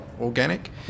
organic